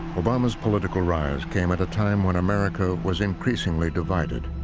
obama's political rise came at a time when america was increasingly divided.